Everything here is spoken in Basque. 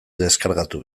deskargatu